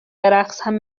برقصم